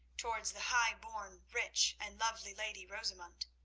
towards the high-born, rich, and lovely lady rosamund.